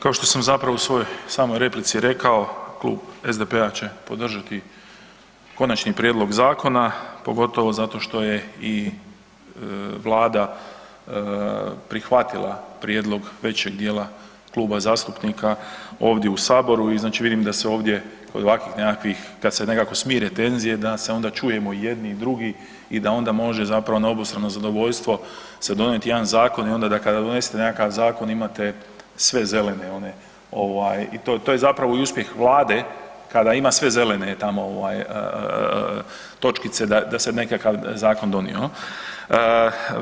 Kao što sam zapravo u svojoj samoj replici rekao, Klub SDP-a će podržati konačni prijedlog zakona, pogotovo zato što je i vlada prihvatila prijedlog većeg dijela kluba zastupnika ovdje u saboru i znači vidim da se ovdje od ovakvih nekakvih kad se nekako smire tenzije da se onda čujemo i jedni i drugi i da onda može zapravo na obostrano zadovoljstvo se donijeti jedan zakon i onda da kada donesete nekakav zakon imate sve zelene one ovaj i to je, to je zapravo i uspjeh vlade kada ima sve zelene tamo ovaj točkice da, da se nekakav zakon donio, jel.